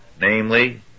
namely